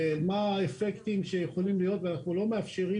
מה האפקטים שיכולים להיות ואנחנו לא מאפשרים